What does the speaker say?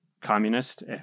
communist